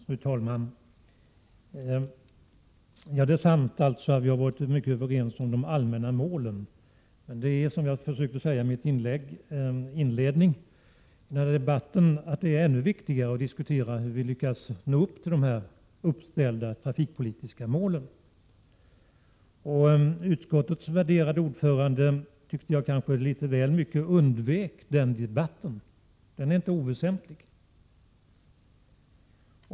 Fru talman! Det är sant att vi har varit mycket överens om de allmänna målen, men det är, som jag försökte säga i min inledning, ännu viktigare att diskutera hur vi kan lyckas nå upp till de uppställda trafikpolitiska målen. Utskottets värderade ordförande undvek, tyckte jag, litet väl mycket den debatten, och den är inte oväsentlig.